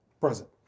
present